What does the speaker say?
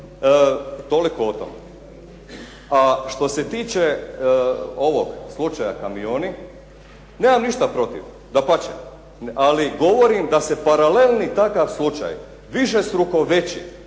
toliko o tome. A što se tiče ovog slučaja kamioni nemam ništa protiv, dapače. Ali govorim da se paralelni takav slučaj višestruko veći,